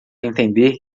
entender